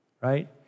right